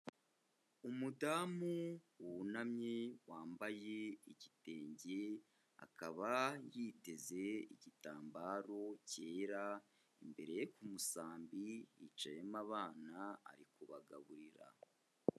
Umudamu wunamye wambaye igitenge akaba yiteze igitambaro cyera, imbere ye ku musambi hicayemo abana ari kubagaburira.